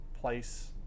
place